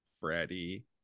Freddie